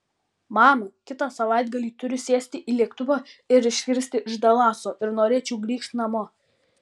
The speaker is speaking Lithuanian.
mama kitą savaitgalį turiu sėsti į lėktuvą ir išskristi iš dalaso ir norėčiau grįžt namo